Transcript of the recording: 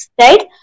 right